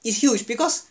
is huge because